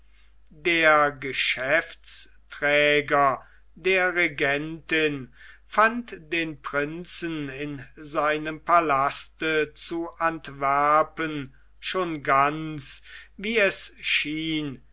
der geschäftsträger der regentin fand den prinzen in seinem palaste zu antwerpen schon ganz wie es schien